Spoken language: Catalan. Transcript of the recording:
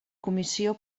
comissió